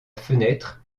fenêtre